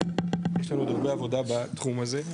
יש לנו עוד הרבה עבודה בתחום הזה,